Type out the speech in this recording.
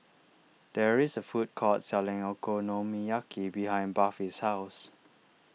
there is a food court selling Okonomiyaki behind Buffy's house